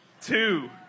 Two